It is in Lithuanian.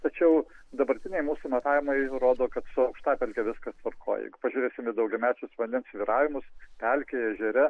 tačiau dabartiniai mūsų matavimai rodo kad su aukštapelke viskas tvarkoj jeigu pažiūrėsim į daugiamečius vandens svyravimus pelkėje ežere